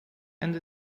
anda